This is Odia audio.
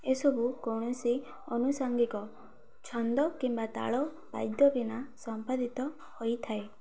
ଏସବୁ କୌଣସି ଆନୁଷାଙ୍ଗିକ ଛନ୍ଦ କିମ୍ବା ତାଳ ବାଦ୍ୟ ବିନା ସମ୍ପାଦିତ ହୋଇଥାଏ